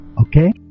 okay